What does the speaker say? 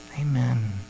Amen